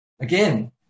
Again